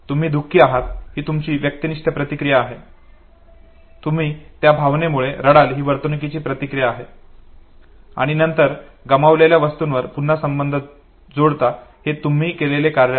तुम्ही दुखी आहात ही तुमची व्यक्तिनिष्ठ प्रतिक्रिया आहे तुम्ही त्या भावनेमुळे रडाल ही वर्तणुकीची प्रतिक्रिया आहे आणि नंतर गमावलेल्या वस्तूवर पुन्हा संबंध जोडता हे तुम्ही केलेले कार्य आहे